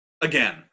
Again